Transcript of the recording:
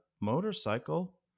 motorcycle